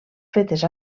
fetes